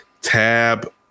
tab